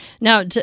Now